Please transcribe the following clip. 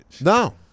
No